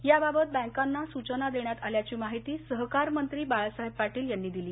याबाबत बँकांना सूचना देण्यात आल्याची माहिती सहकार मंत्री बाळासाहेब पाटील यांनी दिली